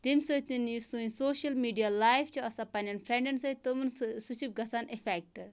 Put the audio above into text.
تَمہِ سۭتۍ یُس سٲنۍ سوشَل میڑیا لایِف چھِ آسان پَننٮ۪ن فرینڈن سۭتۍ تِمَن سۭتۍ سُہ چھِ گَژھان اِفیٚکٹ